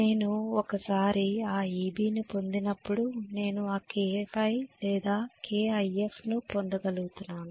నేను ఒకసారి ఆ Eb ను పొందినప్పుడు నేను ఆ kΦ లేదా kIf ను పొందగలుగుతునాను